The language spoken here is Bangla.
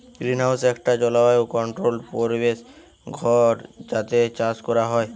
গ্রিনহাউস একটা জলবায়ু কন্ট্রোল্ড পরিবেশ ঘর যাতে চাষ কোরা হয়